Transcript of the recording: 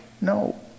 no